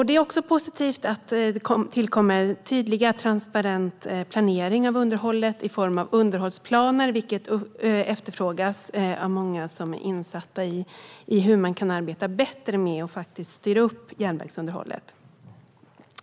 Det är också positivt att det tillkommer tydlig och transparent planering av underhållet i form av underhållsplaner, vilket efterfrågas av många som är insatta i hur man kan arbeta bättre med att styra upp järnvägsunderhållet.